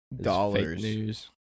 dollars